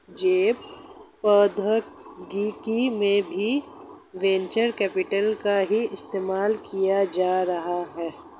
जैव प्रौद्योगिकी में भी वेंचर कैपिटल का ही इस्तेमाल किया जा रहा है